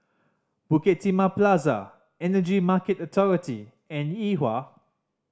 Bukit Timah Plaza Energy Market Authority and Yuhua